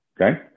okay